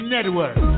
Network